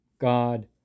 God